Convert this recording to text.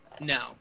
No